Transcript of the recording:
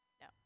No